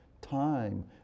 time